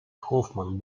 хоффман